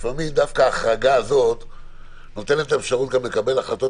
לפעמים דווקא ההחרגה הזאת נותנת אפשרות גם לקבל החלטות